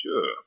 sure